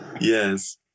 Yes